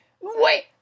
Wait